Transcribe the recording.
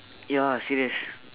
ya serious